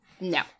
No